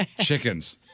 chickens